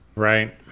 Right